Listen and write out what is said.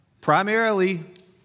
primarily